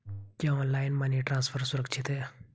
क्या online money transfer सुरक्षित है?